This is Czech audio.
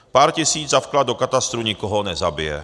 Pár tisíc za vklad do katastru nikoho nezabije.